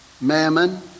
mammon